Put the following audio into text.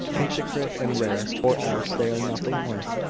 intricate and rare, or else they are nothing worth.